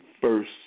first